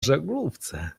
żaglówce